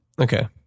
Okay